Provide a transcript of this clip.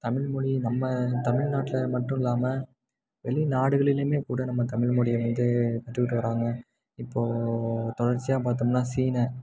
தமிழ் மொழி நம்ம தமிழ் நாட்டில் மட்டும் இல்லாமல் வெளி நாடுகளிலுமே கூட நம்ம தமிழ் மொழிய வந்து கற்றுக்கிட்டு வராங்க இப்போது தொடர்ச்சியாக பார்த்தோம்ன்னா சீன